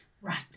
right